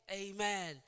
Amen